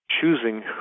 choosing